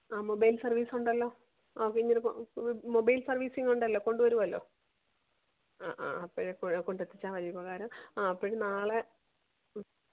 ആ mobile service ഉണ്ടല്ലോ ആ പിന്നൊരു മൊബൈല് സര്വ്വീസിങ്ങ് ഉണ്ടല്ലോ കൊണ്ടുവരുമല്ലോ ആ ആ അപ്പഴ് കൊണ്ടെത്തിച്ചാൽ വലിയ ഉപകാരം അ അപ്പഴ് നാളെ മ്മ്